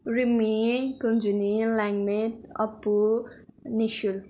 रिमी कुञ्जुनी लेङमेट अप्पु निसुल